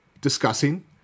discussing